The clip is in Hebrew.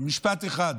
משפט אחד.